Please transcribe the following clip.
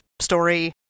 story